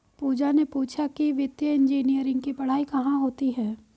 पूजा ने पूछा कि वित्तीय इंजीनियरिंग की पढ़ाई कहाँ होती है?